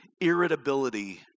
Irritability